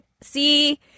See